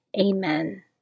Amen